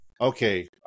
Okay